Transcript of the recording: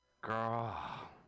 Girl